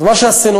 מה שעשינו,